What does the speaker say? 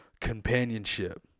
companionship